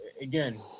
again